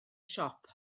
siop